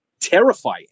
terrifying